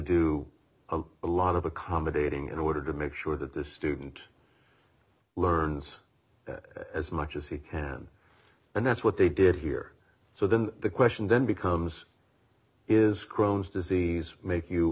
do a lot of accommodating in order to make sure that the student learns as much as he can and that's what they did here so then the question then becomes is chrome's disease make you